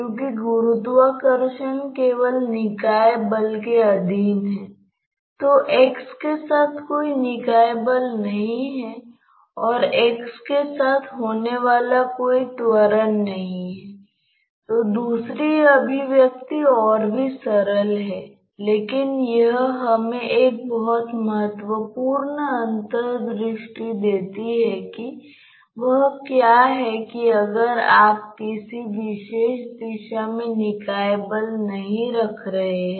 शुद्ध प्रभाव यह है कि बिना u के समरूपता के इस अक्ष पर 0 है क्योंकि यह केवल आपके द्वारा संतुलित की तरह है